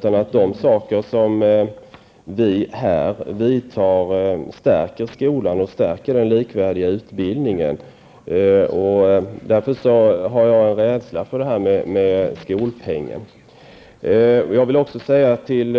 De åtgärder som vi här vidtar bör i stället stärka skolan och likvärdigheten i utbildningen. Jag har därför en rädsla för skolpengen. Jag vill vidare säga till